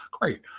Great